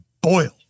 boil